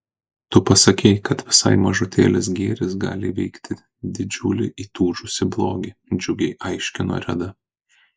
tu pasakei kad visai mažutėlis gėris gali įveikti didžiulį įtūžusį blogį džiugiai aiškino reda